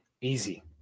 Easy